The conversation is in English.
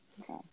okay